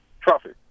traffic